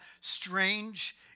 strange